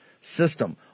system